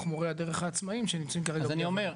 מורי הדרך העצמאיים שנמצאים כרגע --- אז אני אומר,